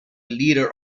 leader